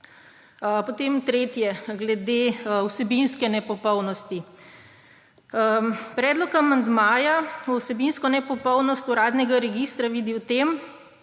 Tretjič. Glede vsebinske nepopolnosti. Predlog amandmaja vsebinsko nepopolnost uradnega registra vidi v tem,